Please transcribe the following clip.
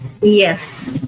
Yes